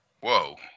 Whoa